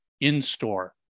in-store